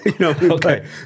Okay